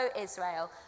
Israel